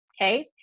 okay